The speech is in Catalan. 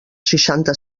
seixanta